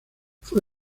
fue